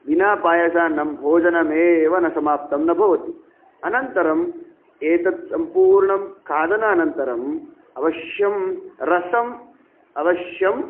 विना पायसान्नं भोजनमेव न समाप्तं न भवति अनन्तरम् एतद् सम्पूर्णं खादनानन्तरम् अवश्यं रसम् अवश्यं